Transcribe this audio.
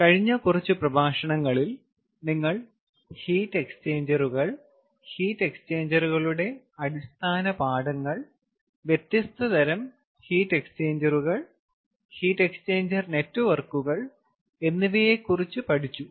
കഴിഞ്ഞ കുറച്ച് പ്രഭാഷണങ്ങളിൽ നിങ്ങൾ ഹീറ്റ് എക്സ്ചേഞ്ചറുകൾ ഹീറ്റ് എക്സ്ചേഞ്ചറുകളുടെ അടിസ്ഥാന പാഠങ്ങൾ വ്യത്യസ്ത തരം ഹീറ്റ് എക്സ്ചേഞ്ചറുകൾ ഹീറ്റ് എക്സ്ചേഞ്ചർ നെറ്റ് വർക്കുകൾ എന്നിവയെക്കുറിച്ച് പഠിച്ചു